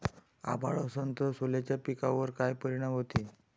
अभाळ असन तं सोल्याच्या पिकावर काय परिनाम व्हते?